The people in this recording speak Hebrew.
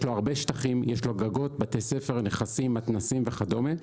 יש לו הרבה שטחים; יש לו גגות; בתי ספר; נכסים; מתנ"סים וכדומה.